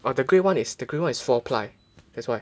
the grey one is the grey one is four ply that's why